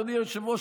אדוני היושב-ראש,